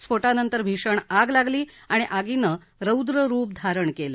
स्फोटानंतर भीषण आग लागली आणि आगीनं रौद्ररुप धारण केलं